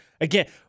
again